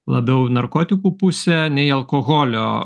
labiau narkotikų pusę nei alkoholio